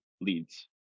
leads